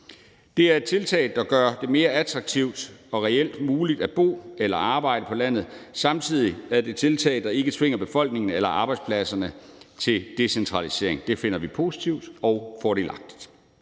Det er et tiltag, der gør det mere attraktivt og reelt muligt at bo eller arbejde på landet. Samtidig er det et tiltag, der ikke tvinger befolkningen eller arbejdspladserne til decentralisering. Det finder vi positivt og fordelagtigt.